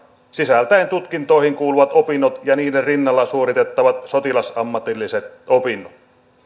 sisältäen tutkintoihin kuuluvat opinnot ja niiden rinnalla suoritettavat sotilasammatilliset opinnot